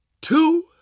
two